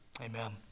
Amen